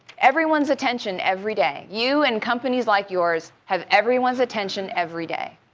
everyone's attention every day. you and companies like yours have everyone's attention every day,